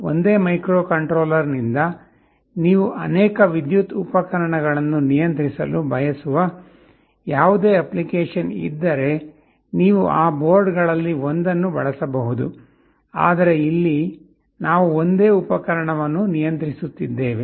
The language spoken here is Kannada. ಆದ್ದರಿಂದ ಒಂದೇ ಮೈಕ್ರೊಕಂಟ್ರೋಲರ್ನಿಂದ ನೀವು ಅನೇಕ ವಿದ್ಯುತ್ ಉಪಕರಣಗಳನ್ನು ನಿಯಂತ್ರಿಸಲು ಬಯಸುವ ಯಾವುದೇ ಅಪ್ಲಿಕೇಶನ್ ಇದ್ದರೆ ನೀವು ಆ ಬೋರ್ಡ್ಗಳಲ್ಲಿ ಒಂದನ್ನು ಬಳಸಬಹುದು ಆದರೆ ಇಲ್ಲಿ ನಾವು ಒಂದೇ ಉಪಕರಣವನ್ನು ನಿಯಂತ್ರಿಸುತ್ತಿದ್ದೇವೆ